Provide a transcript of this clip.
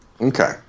Okay